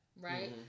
right